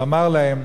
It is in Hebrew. אז הוא אמר להם: